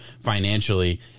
financially